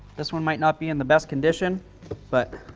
this one might not be in the best condition but